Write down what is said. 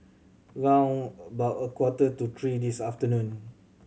round about a quarter to three this afternoon